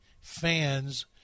fans